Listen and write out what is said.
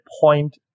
point